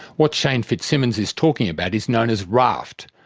what shane fitzsimmons is talking about is known as raft,